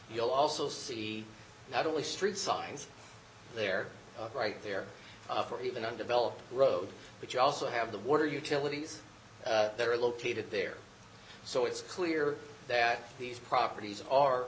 you'll also see not only street signs there right there or even undeveloped road but you also have the water utilities there are located there so it's clear that these properties are